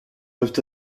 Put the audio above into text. peuvent